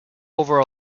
over